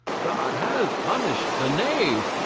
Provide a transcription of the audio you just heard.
god has punished the knave,